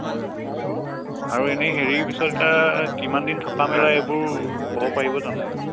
হয় হয় অঁ আৰু এনেই হেৰি পিছত তাৰ কিমান দিন থকা মেলা এইবোৰ ক'ব পাৰিব জানো এইবোৰ